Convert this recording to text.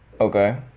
Okay